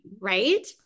right